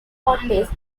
artist